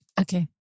Okay